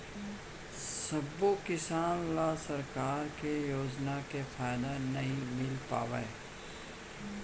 सबो किसान ल सरकार के योजना के फायदा नइ मिल पावय